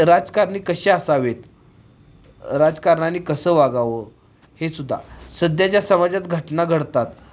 राजकारणी कसे असावेत राजकारण्याने कसं वागावं हे सुद्धा सध्याच्या समाजात घटना घडतात